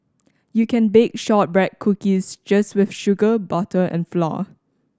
you can bake shortbread cookies just with sugar butter and flour